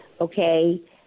okay